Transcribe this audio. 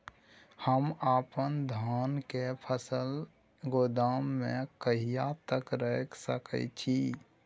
हम अपन धान के फसल गोदाम में कहिया तक रख सकैय छी?